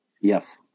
Yes